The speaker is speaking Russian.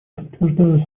подтверждаю